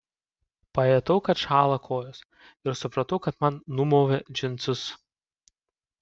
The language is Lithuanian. pajutau kad šąla kojos ir supratau kad man numovė džinsus